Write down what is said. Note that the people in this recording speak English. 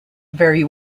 very